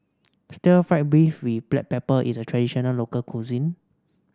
Stir Fried Beef with Black Pepper is a traditional local cuisine